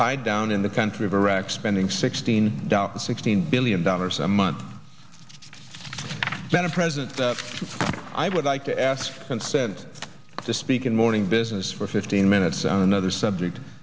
tied down in the country of iraq spending sixteen down sixteen billion dollars a month when i'm president i would like to ask consent to speak in morning business for fifteen minutes on another subject